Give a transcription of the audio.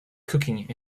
cooking